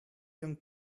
young